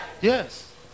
Yes